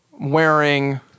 wearing